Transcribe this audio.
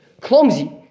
clumsy